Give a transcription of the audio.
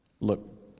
look